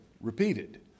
repeated